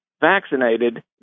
vaccinated